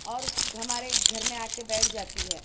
اور ہمارے گھر میں آ کے بیٹھ جاتی ہے